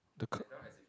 the k~